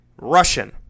Russian